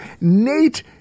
Nate